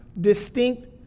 distinct